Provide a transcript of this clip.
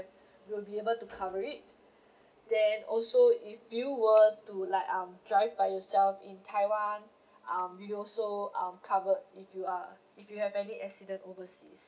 you will be able to cover it then also if you were to like um drive by yourself in taiwan um we also um cover if you are if you have any accident overseas